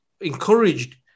encouraged